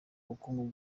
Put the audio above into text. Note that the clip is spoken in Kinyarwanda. bukungu